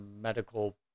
medical